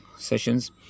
sessions